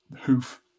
hoof